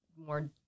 more